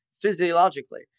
physiologically